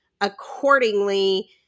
accordingly